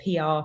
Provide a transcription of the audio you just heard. PR